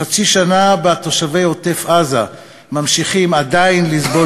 חצי שנה שבה תושבי עוטף-עזה ממשיכים עדיין לסבול